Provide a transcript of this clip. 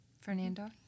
Fernando